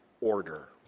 order